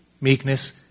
meekness